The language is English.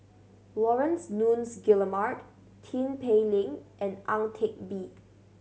Laurence Nunns Guillemard Tin Pei Ling and Ang Teck Bee